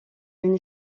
une